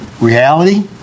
Reality